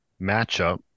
matchup